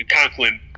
Conklin